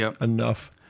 enough